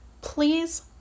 Please